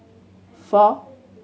four